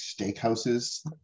steakhouses